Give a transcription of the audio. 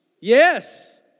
yes